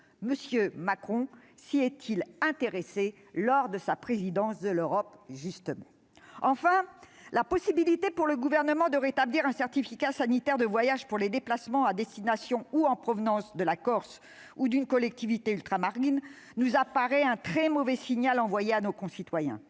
M. Macron s'y est-il intéressé lors de sa présidence de l'Europe ? Enfin, la possibilité pour le Gouvernement de rétablir un certificat sanitaire de voyage pour les déplacements à destination ou en provenance de la Corse ou d'une collectivité ultramarine nous apparaît comme un très mauvais signal envoyé à nos concitoyens.